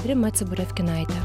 rima ciburevkinaite